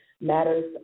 matters